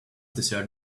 desert